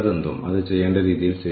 കാരണം വളരെയധികം പ്രക്രിയകൾ നടക്കുന്നു